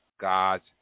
God's